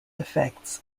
effects